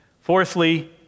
Fourthly